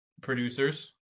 Producers